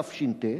תש"ט,